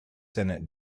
senate